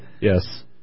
Yes